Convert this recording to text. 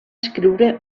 escriure